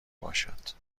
باشد